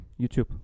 YouTube